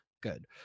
good